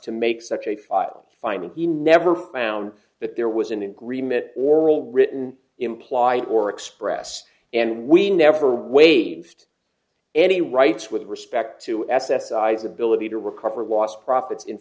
to make such a file finding he never found that there was an agreement oral written implied or expressed and we never waived any rights with respect to s s i's ability to recover lost profits in